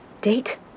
Date